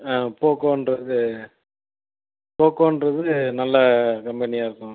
போக்கோன்றது போக்கோன்றது நல்ல கம்பெனியா இருக்கும்